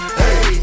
hey